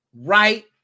right